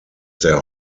der